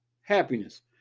happiness